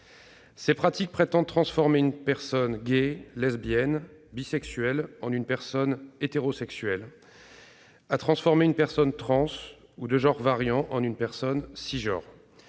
Ces pratiques prétendent transformer une personne gay, lesbienne, bisexuelle en une personne hétérosexuelle ; transformer une personne trans ou de genre variant en une personne cisgenre.